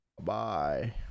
Bye